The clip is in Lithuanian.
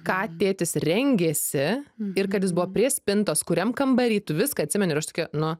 ką tėtis rengėsi ir kad jis buvo prie spintos kuriam kambary tu viską atsimeni aš tokia nu